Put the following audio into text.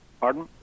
Pardon